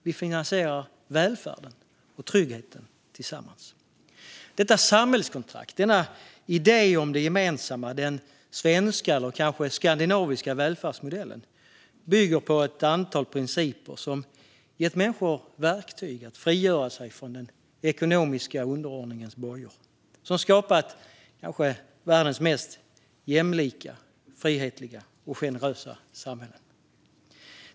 Vi finansierar välfärden och tryggheten tillsammans. Detta samhällskontrakt, denna idé om det gemensamma, den svenska och skandinaviska välfärdsmodellen, bygger på ett antal principer som har gett människor verktyg att frigöra sig från den ekonomiska underordningens bojor. Det har skapat världens kanske mest jämlika, frihetliga och generösa samhälle.